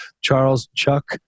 Charles-Chuck